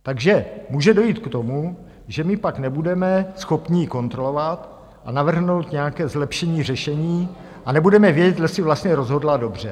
Takže může dojít k tomu, že my pak nebudeme schopni ji kontrolovat a navrhnout nějaké zlepšení řešení a nebudeme vědět, jestli vlastně rozhodla dobře.